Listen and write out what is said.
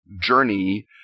journey